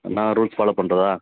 நான் rules follow பண்ணுறதா